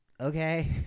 okay